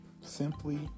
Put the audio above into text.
Simply